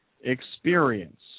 experience